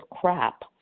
crap